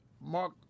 Mark